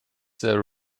there